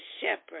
shepherd